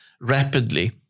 rapidly